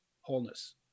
wholeness